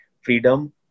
freedom